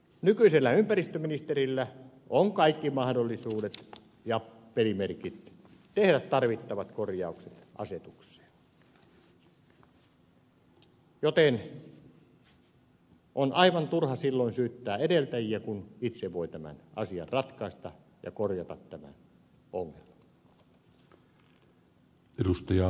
nykyisellä ympäristöministerillä on kaikki mahdollisuudet ja pelimerkit tehdä tarvittavat korjaukset asetukseen joten silloin on aivan turha syyttää edeltäjiä kun itse voi tämän asian ratkaista ja tämän ongelman korjata